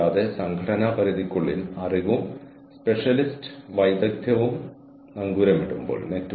അത് നടക്കുമോ എന്ന് എനിക്കറിയില്ല പക്ഷേ എനിക്ക് ഒരു പോയിന്റ് മുൻകൂട്ടി കാണാൻ കഴിയും